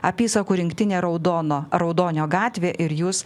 apysakų rinktinė raudono raudonio gatvė ir jūs